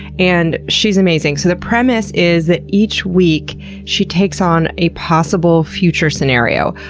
and she's amazing. so the premise is that each week she takes on a possible future scenario,